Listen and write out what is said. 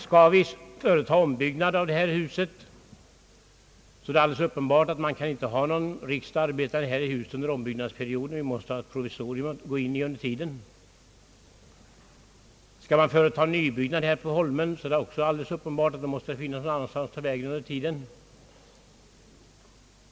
Skall vi företa ombyggnad av det här huset, är det alldeles uppenbart att riksdagen inte kan arbeta här under ombyggnadsperioden, utan vi måste ha ett provisorium under tiden. Skall det uppföras en nybyggnad här på holmen, är det också alldeles uppenbart att det måste finnas en annan lokal att ta till under tiden.